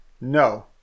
no